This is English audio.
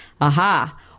aha